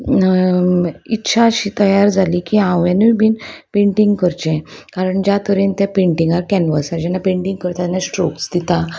इच्छा अशी तयार जाली की हांवेनूय बीन पेंटींग करचें कारण ज्या तरेन त्या पेंटिंगार कॅनवसार जेन्ना पेंटींग करता तेन्ना स्ट्रोक्स दिता